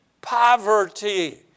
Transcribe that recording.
Poverty